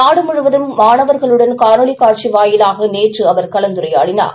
நாடுமுழுவதும் மாணவர்களுடன் காணொலிகாட்சிவாயிலாக இன்றுஅவர் கலந்துரையாடினார்